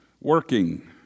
working